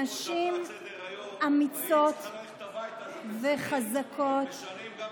נשים אמיצות וחזקות --- שים לב,